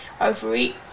overeat